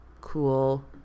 cool